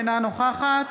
אינה נוכחת